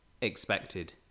expected